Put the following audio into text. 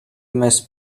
must